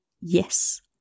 yes